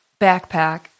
backpack